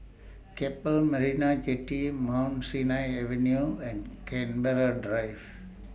Keppel Marina Jetty Mount Sinai Avenue and Canberra Drive